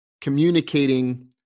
communicating